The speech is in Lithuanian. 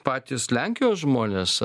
patys lenkijos žmonės